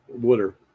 Water